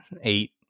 eight